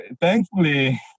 thankfully